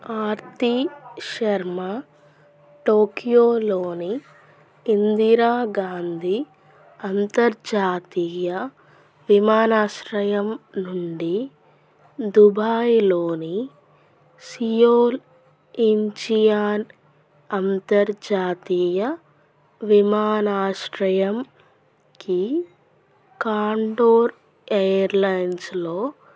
ఆర్తి శర్మ టోక్యోలోని ఇందిరా గాంధీ అంతర్జాతీయ విమానాశ్రయం నుండి దుబాయ్లోని సియోల్ ఇంచియాన్ అంతర్జాతీయ విమానాశ్రయంకి కాండోర్ ఎయిర్లైన్స్లో